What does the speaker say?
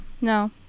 No